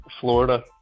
Florida